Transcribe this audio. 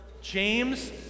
James